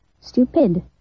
stupid